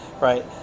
right